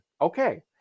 Okay